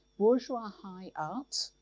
bourgeois high art,